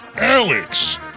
Alex